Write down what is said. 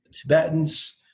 Tibetans